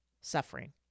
suffering